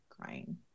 crying